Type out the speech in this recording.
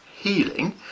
Healing